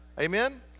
amen